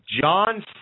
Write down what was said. John